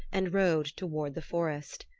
and rode toward the forest.